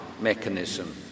mechanism